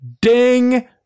Ding